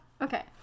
Okay